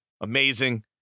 Amazing